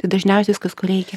tai dažniausiai viskas ko reikia